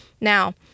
Now